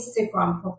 Instagram